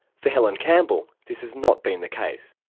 for helen campbell this has not been the case.